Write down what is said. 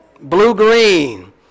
blue-green